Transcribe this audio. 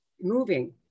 moving